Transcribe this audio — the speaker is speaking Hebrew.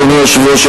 אדוני היושב-ראש,